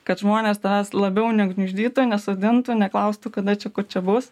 kad žmonės tavęs labiau negniuždytų nesodintų neklaustų kada čia kur čia bus